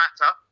Matter